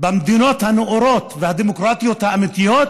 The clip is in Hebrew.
במדינות הנאורות והדמוקרטיות האמיתיות